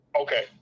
okay